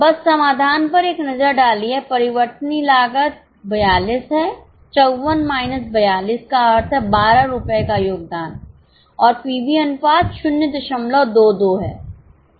बस समाधान पर एक नज़र डालिएपरिवर्तनीय लागत 42 है 54 माइनस 42 का अर्थ है बारह रुपये का योगदान है और पीवी अनुपात 022 है